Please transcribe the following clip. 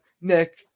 Nick